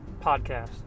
podcast